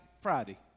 Friday